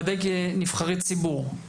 ודאי כנבחרי ציבור,